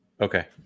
Okay